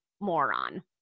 moron